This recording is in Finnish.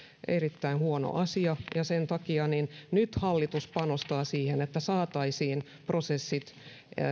erittäin huono asia sen takia hallitus panostaa nyt siihen että saataisiin prosessit